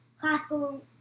classical